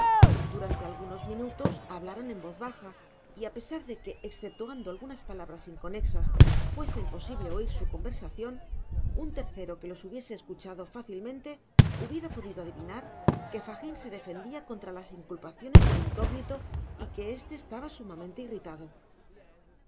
durante algunos minutos hablaron en voz baja y á pesar de que esceptuando algunas palabras inconexas fuese imposible oir su conversacion un tercero que los hubiese escuchado fácilmente hubiera podido adivinar que fagin se defendia contra las inculpaciones del incógnito y que este estaba sumamente irritado